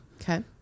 Okay